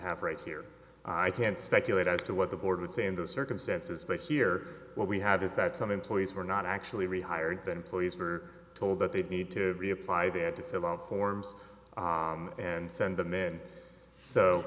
have right here i can't speculate as to what the board would say in those circumstances but here what we have is that some employees were not actually rehired than police were told that they need to reapply that it's a lot of forms and send them in so